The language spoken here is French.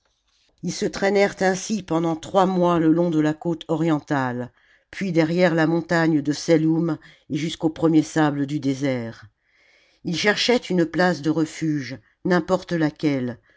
lis se traînèrent ainsi pendant trois mois le long de la cote orientale puis derrière la montagne de selloum et jusqu'aux premiers sables du désert ils cherchaient une place de refuge n'importe laquelle